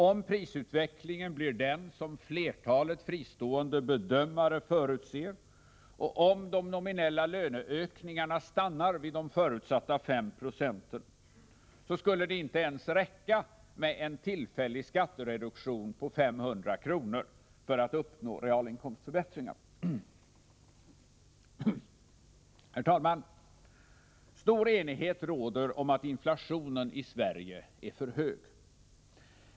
Om prisutvecklingen blir den som flertalet fristående bedömare förutser och om de nominella löneökningarna stannar vid de förutsatta 5 96, skulle det inte ens räcka med en tillfällig skattereduktion på 500 kr. för att uppnå realinkomstförbättringar. Herr talman! Stor enighet råder om att inflationen i Sverige är för hög.